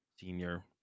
senior